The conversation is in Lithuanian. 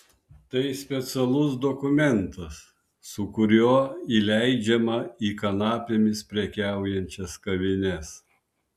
tai specialus dokumentas su kuriuo įleidžiama į kanapėmis prekiaujančias kavines